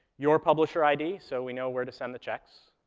your publisher id, so we know where to send the checks,